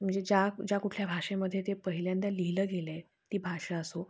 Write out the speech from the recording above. म्हणजे ज्या ज्या कुठल्या भाषेमध्ये ते पहिल्यांदा लिहिलं गेलं आहे ती भाषा असो